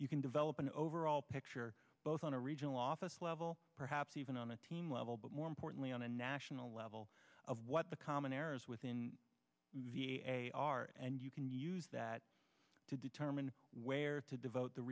you can develop an overall picture both on a regional office level perhaps even on a team level but more importantly on a national level of what the common errors within v a are and you can use that to determine where to devote the